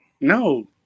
No